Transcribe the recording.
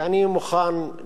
ואני מוכן,